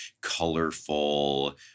colorful